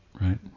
right